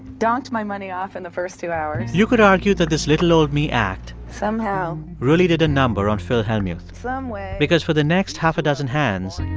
donked my money off in the first two hours. you could argue that this little-old-me act. somehow. really did a number on phil hellmuth. some way. because for the next half a dozen hands,